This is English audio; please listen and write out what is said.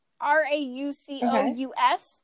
R-A-U-C-O-U-S